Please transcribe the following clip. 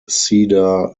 cedar